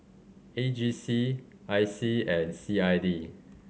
A G C I C and C I D